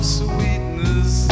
sweetness